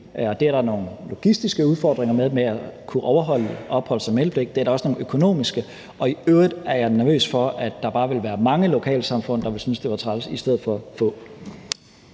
Der er nogle logistiske udfordringer med det i forhold til at kunne overholde opholds- og meldepligten, og der er også nogle økonomiske udfordringer med det. I øvrigt er jeg nervøs for, at der bare ville være mange lokalsamfund, der ville synes, det var træls, i stedet for få.